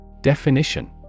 Definition